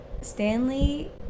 Stanley